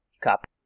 Cup